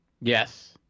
Yes